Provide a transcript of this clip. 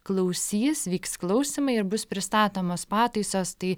klausys vyks klausymai ir bus pristatomos pataisos tai